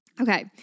Okay